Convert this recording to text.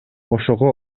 ошого